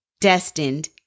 destined